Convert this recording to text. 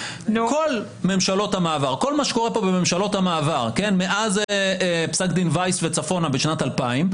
כל מה שקורה פה בממשלות המעבר מאז פסק דין וייס וצפונה בשנת 2000,